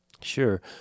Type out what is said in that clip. Sure